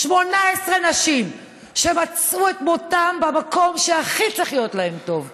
18 נשים מצאו את מותן במקום שצריך להיות להן הכי טוב,